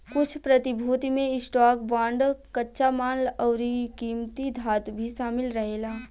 कुछ प्रतिभूति में स्टॉक, बांड, कच्चा माल अउरी किमती धातु भी शामिल रहेला